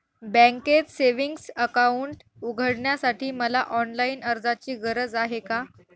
बँकेत savings account उघडण्यासाठी मला ऑनलाईन अर्जाची गरज आहे का?